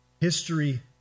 History